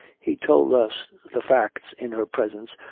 he told us the facts in her presence,